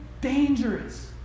dangerous